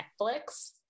Netflix